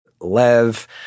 Lev